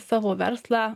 savo verslą